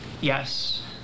Yes